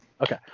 Okay